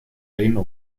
reino